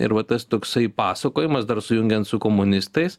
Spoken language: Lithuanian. ir va tas toksai pasakojimas dar sujungiant su komunistais